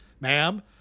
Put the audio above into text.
ma'am